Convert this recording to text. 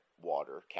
water